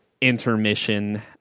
intermission